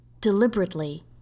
Deliberately